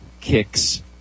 kicks